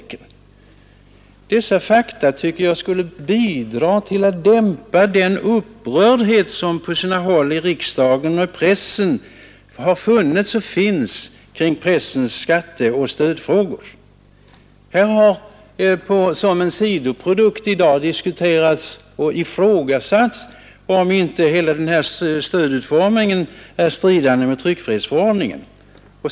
Dessa fakta tycker jag skulle bidra till att dämpa den upprördhet som på sina håll i riksdag och press har funnits och finns kring pressens skatteoch stödfrågor. Här har som en sidoprodukt i dag diskuterats och ifrågasatts om inte hela den här stödutformningen är stridande mot tryckfrihetsförordningen.